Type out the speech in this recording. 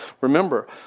Remember